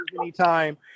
anytime